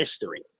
history